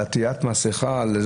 על אי-עטיית מסכה.